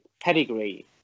pedigree